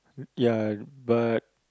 ya but